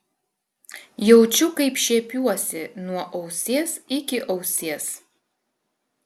jaučiu kaip šiepiuosi nuo ausies iki ausies